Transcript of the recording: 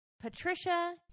Patricia